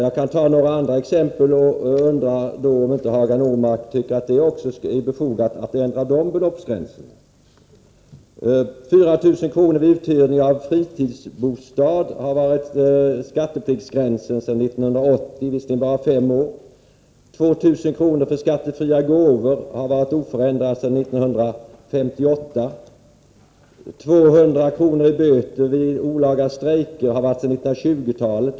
Jag kan ta andra exempel och undrar om inte Hagar Normark nu tycker att det är befogat att ändra också dessa beloppsgränser. 4 000 kr. för uthyrning av fritidsbostad har varit skattepliktsgränsen sedan 1980 — alltså låt vara bara fem år. Beloppet 2 000 kr. för skattefria gåvor har varit oförändrat sedan 1958. 200 kr. i böter vid olaga strejker har vi haft sedan 1920-talet.